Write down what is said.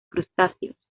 crustáceos